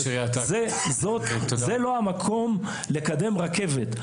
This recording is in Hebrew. זה לא המקום לקדם רכבת,